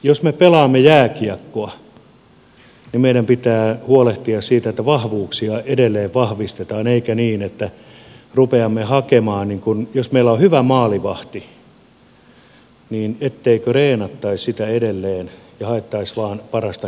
jos me pelaamme jääkiekkoa niin meidän pitää huolehtia siitä että vahvuuksia edelleen vahvistetaan eikä niin että jos meillä on hyvä maalivahti niin etteikö treenattaisi sitä edelleen haettaisi vain parasta hyökkääjää